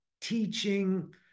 teaching